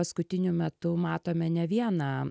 paskutiniu metu matome ne vieną